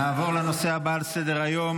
נעבור לנושא הבא על סדר-היום,